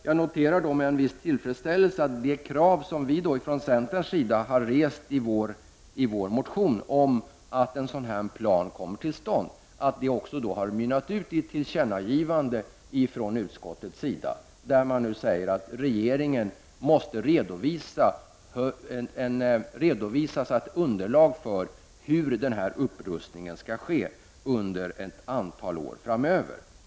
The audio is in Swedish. Jag noterar med viss tillfredsställelse att de krav som vi från centern har rest i vår motion om att en sådan plan kommer till stånd har mynnat ut i ett tillkännagivande till regeringen, i vilket det sägs att regeringen måste redovisa ett underlag för hur denna upprustning skall ske under ett antal år framöver.